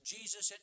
Jesus